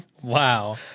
Wow